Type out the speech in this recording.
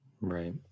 Right